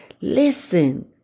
listen